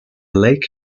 lake